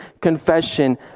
confession